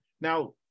Now